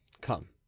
Come